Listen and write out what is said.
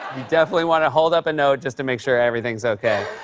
definitely want to hold up a note just to make sure everything's okay.